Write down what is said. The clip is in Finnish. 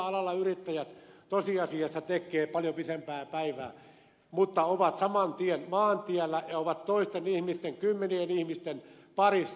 miettikääpäs kuinka monella alalla yrittäjät tosiasiassa tekevät paljon pidempää päivää mutta ovat saman tien maantiellä ja ovat toisten ihmisten kymmenien ihmisten parissa